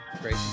great